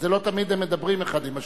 אבל לא תמיד הם מדברים אחד עם השני.